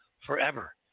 forever